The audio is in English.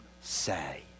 say